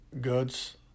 goods